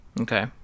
Okay